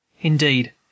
Indeed